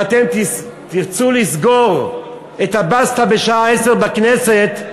ואתם תרצו לסגור את הבסטה בשעה 10 בכנסת,